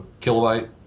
kilobyte